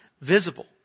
visible